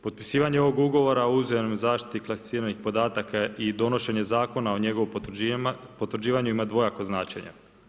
Potpisivanje ugovora o uzajamnoj zaštiti klasificiranih podataka i donošenje zakona o njegovu potvrđivanju ima dvojako značenje.